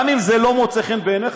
גם אם זה לא מוצא חן בעיניך,